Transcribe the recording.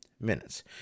minutes